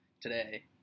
today